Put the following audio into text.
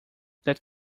that